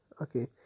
Okay